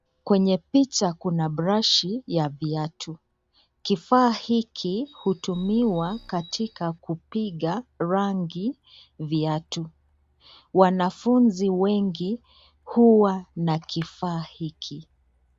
Kwenye picha Kuna brashi ya viatu. kifaa hiki hutumiwa katika kupiga rangi, viatu. Wanafunzi wengi huwa na kifaa hiki.